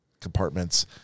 compartments